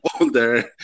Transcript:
older